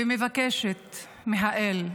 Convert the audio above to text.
ומבקשת מהאל,